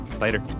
Later